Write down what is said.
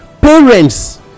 parents